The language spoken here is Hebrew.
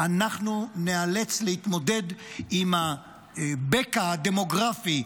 אנחנו ניאלץ להתמודד עם הבקע הדמוגרפי,